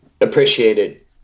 appreciated